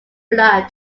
blood